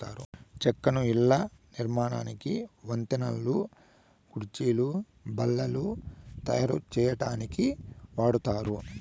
చెక్కను ఇళ్ళ నిర్మాణానికి, వంతెనలు, కుర్చీలు, బల్లలు తాయారు సేయటానికి వాడతారు